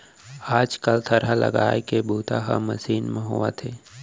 आज कल थरहा लगाए के बूता ह मसीन म होवथे